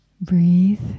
Breathe